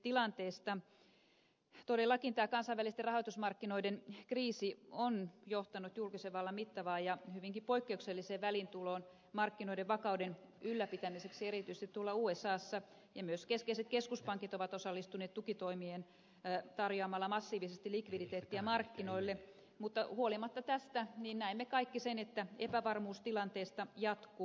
todellakin tämä kansainvälisten rahoitusmarkkinoiden kriisi on johtanut julkisen vallan mittavaan ja hyvinkin poikkeukselliseen väliintuloon markkinoiden vakauden ylläpitämiseksi erityisesti usassa ja myös keskeiset keskuspankit ovat osallistuneet tukitoimiin tarjoamalla massiivisesti likviditeettiä markkinoille mutta huolimatta tästä näemme kaikki sen että epävarmuus tilanteesta jatkuu